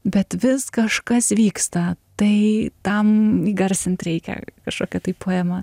bet vis kažkas vyksta tai tam įgarsint reikia kažkokią tai poemą